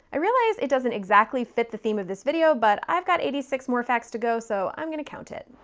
i realize that doesn't exactly fit the theme of this video, but i've got eighty six more facts to go, so i'm gonna count it.